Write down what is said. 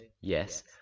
yes